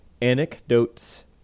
Anecdotes